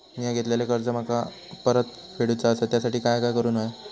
मिया घेतलेले कर्ज मला परत फेडूचा असा त्यासाठी काय काय करून होया?